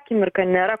akimirką nėra